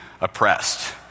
oppressed